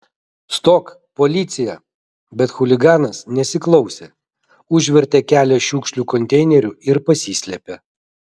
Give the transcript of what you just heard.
stok policija bet chuliganas nesiklausė užvertė kelią šiukšlių konteineriu ir pasislėpė